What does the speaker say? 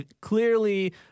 clearly